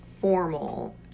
formal